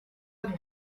grand